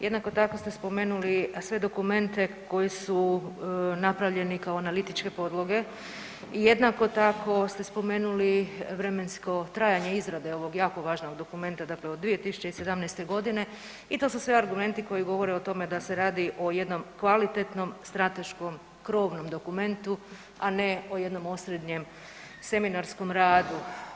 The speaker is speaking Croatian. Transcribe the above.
Jednako tako ste spomenuli sve dokumente koji su napravljeni kao analitičke podloge i jednako tako ste spomenuli vremensko trajanje izrade ovog jako važnog dokumenta, dakle od 2017. i to su sve argumenti koji govore o tome da se radi o jednom kvalitetnom strateškom krovnom dokumentu, a ne o jednom osrednjem seminarskom radu.